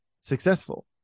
successful